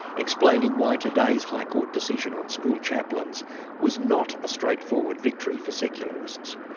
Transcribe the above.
explaining why today's high court decision on school chaplains was not a straightforward victory for secularists.